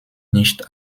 nicht